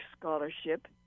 scholarship